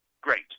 great